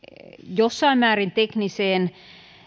jossain määrin tekniseen